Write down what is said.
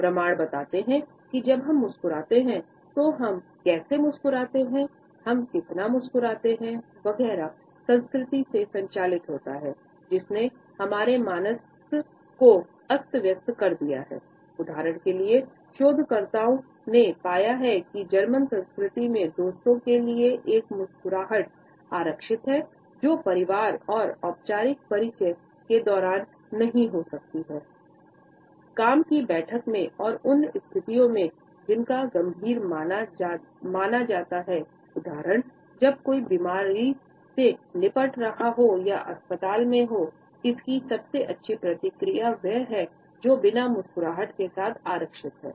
प्रमाण बताते हैं कि जब हम मुस्कुराते हैं तो हम कैसे मुस्कुराते हैं हम कितना मुस्कुराते हैं उदाहरण के लिए शोधकर्ताओं ने पाया है कि जर्मन संस्कृति में दोस्तों के लिए एक मुस्कुराहट आरक्षित है जो उदाहरण जब कोई बीमारी से निपट रहा हो या अस्पताल में हो इसकी सबसे अच्छी प्रतिक्रिया वह है जो बिना मुस्कुराहट के साथ आरक्षित है